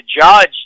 judge